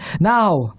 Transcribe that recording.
now